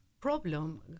problem